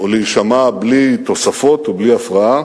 או להישמע בלי תוספות ובלי הפרעה,